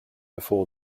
before